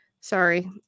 sorry